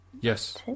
Yes